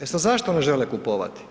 E sad zašto ne žele kupovati?